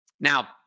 Now